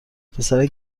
پسرک